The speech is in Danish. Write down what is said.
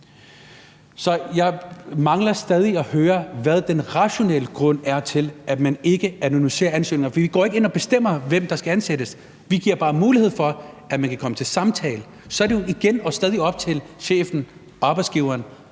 Så jeg mangler stadig at høre, hvad den rationelle grund er til, at man ikke anonymiserer ansøgningerne, for vi går ikke ind og bestemmer, hvem der skal ansættes. Vi giver mulighed for, at man kan komme til samtale, og så er det jo stadig op til chefen og arbejdsgiveren